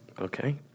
Okay